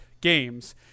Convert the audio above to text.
games